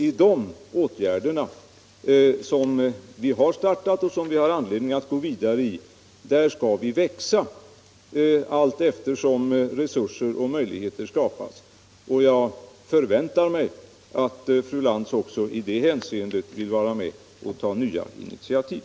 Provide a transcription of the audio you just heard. I den verksamheten, som vi har startat och som vi har anledning att gå vidare i, skall vi växa allteftersom resurser och möjligheter skapas, och jag förväntar mig att fru Lantz också i det hänseendet vill vara med och ta nya initiativ.